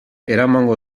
eramango